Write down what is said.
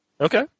Okay